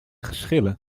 geschillen